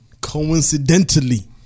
coincidentally